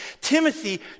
Timothy